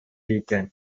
икән